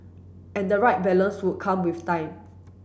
and the right balance would come with time